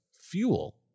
fuel